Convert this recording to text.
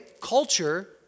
culture